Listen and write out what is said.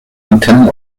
antennen